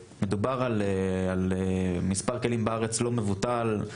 מדובר על מספר כלים לא מבוטל בארץ,